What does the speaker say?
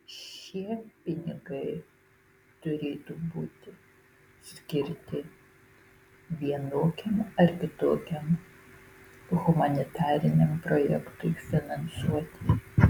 šie pinigai turėtų būti skirti vienokiam ar kitokiam humanitariniam projektui finansuoti